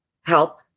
help